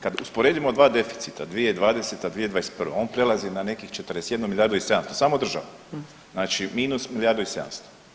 Kad usporedimo dva deficita 2020. 2021. on prelazi na nekih 41 milijardu i 700 samo država, znači minus milijardu i 700.